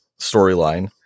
storyline